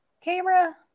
camera